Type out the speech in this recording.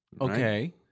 Okay